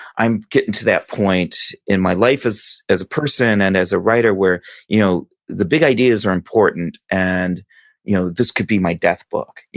i'm getting to that point in my life as as a person and as a writer where you know the big ideas are important. and you know this could be my death book.